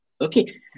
Okay